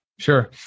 Sure